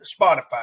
Spotify